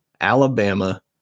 Alabama